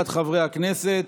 הצבעה.